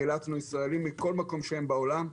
חילצנו ישראלים מכל מקום שהם היו בעולם.